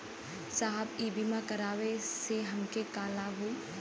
साहब इ बीमा करावे से हमके का लाभ होई?